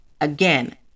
Again